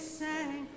sang